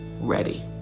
ready